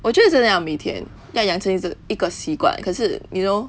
我觉得真的要每天要养成一直一个习惯可是 you know